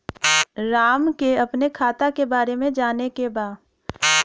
राम के अपने खाता के बारे मे जाने के बा?